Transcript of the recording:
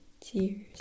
tears